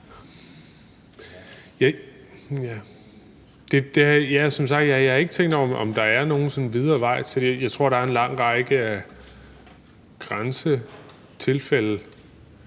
har som sagt ikke tænkt videre over, om der er sådan en videre vej til det. Jeg tror, der er en lang række grænsetilfælde.